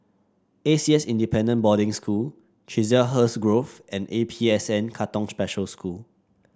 A C S Independent Boarding School Chiselhurst Grove and A P S N Katong Special School